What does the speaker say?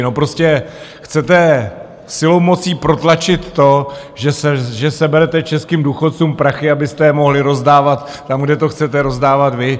No, prostě chcete silou protlačit to, že seberete českým důchodcům prachy, abyste je mohli rozdávat tam, kde to chcete rozdávat vy.